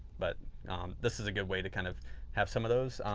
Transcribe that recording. but this is a good way to kind of have some of those.